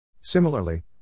Similarly